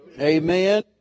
Amen